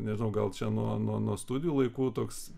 nežinau gal čia nuo nuo studijų laikų toks